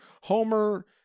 Homer